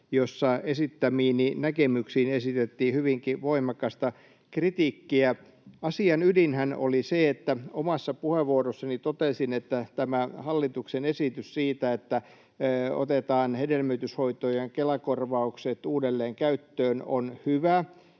jossa esittämiini näkemyksiin esitettiin hyvinkin voimakasta kritiikkiä. Asian ydinhän oli se, että omassa puheenvuorossani totesin, että tämä hallituksen esitys siitä, että otetaan hedelmöityshoitojen Kela-korvaukset uudelleen käyttöön, on hyvä.